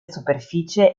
superficie